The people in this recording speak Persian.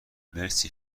مرسی